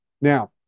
now